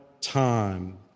time